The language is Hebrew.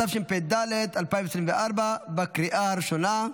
התשפ"ד 2024, לקריאה הראשונה.